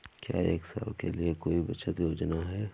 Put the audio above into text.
क्या एक साल के लिए कोई बचत योजना है?